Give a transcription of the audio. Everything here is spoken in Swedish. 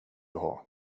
har